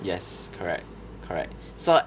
yes correct correct so